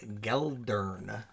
Geldern